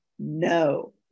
No